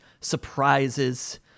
surprises